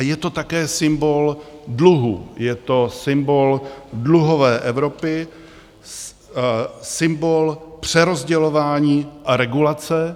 Je to také symbol dluhů, je to symbol dluhové Evropy, symbol přerozdělování a regulace.